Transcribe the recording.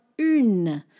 une